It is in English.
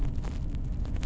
pukul enam